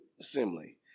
Assembly